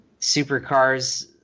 Supercars